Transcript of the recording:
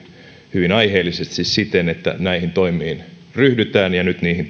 hyvin aiheellisesti siis siten että näihin toimiin ryhdytään ja nyt niihin